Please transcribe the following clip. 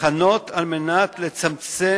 ההכנות כדי לצמצם